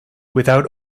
without